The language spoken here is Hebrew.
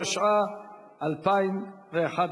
התשע"א 2011,